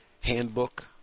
handbook